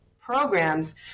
programs